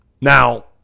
now